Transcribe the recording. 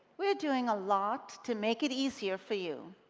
we are doing a lot to make it easier for you